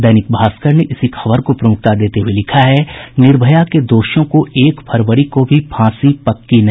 दैनिक भास्कर ने इसी खबर को प्रमुखता देते हुये लिखा है निर्भया के दोषियों को एक फरवरी को भी फांसी पक्की नहीं